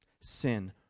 Sin